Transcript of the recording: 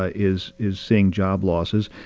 ah is is seeing job losses.